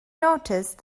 noticed